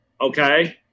okay